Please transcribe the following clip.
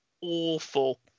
awful